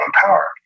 Power